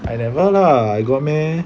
I never lah I got meh